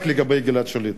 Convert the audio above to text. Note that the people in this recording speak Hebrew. רק לגבי גלעד שליט.